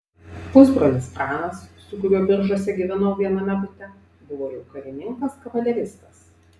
pusbrolis pranas su kuriuo biržuose gyvenau viename bute buvo jau karininkas kavaleristas